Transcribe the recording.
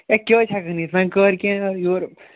ہے کیٛاہ حظ ہٮ۪کھکھ نہٕ یِتھ وۅنۍ کَر کیٚنٛہہ یارٕ یورٕ